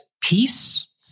peace